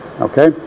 okay